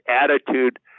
attitude